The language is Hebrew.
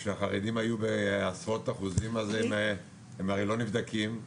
כשהחרדים היו בעשרות אחוזים אז הם הרי לא נבדקים,